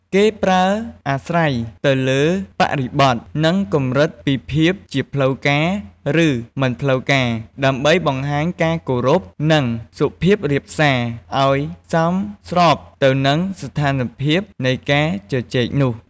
គេប្រើអាស្រ័យទៅលើបរិបទ និងកម្រិតពីភាព ជាផ្លូវការ ឬមិនផ្លូវការ ដើម្បីបង្ហាញការគោរព និងសុភាពរាបសារឱ្យសមស្របទៅនឹងស្ថានភាពនៃការជជែកនោះ។